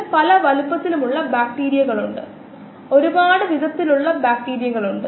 എന്നിരുന്നാലും ആമുഖത്തിൽ നമ്മൾ ഇതിനകം കണ്ടതുപോലെ മറ്റ് നിരവധി ഉൽപ്പന്നങ്ങൾ ഉണ്ട്